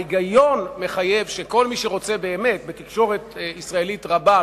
ההיגיון מחייב שכל מי שרוצה באמת בתקשורת ישראלית רבה,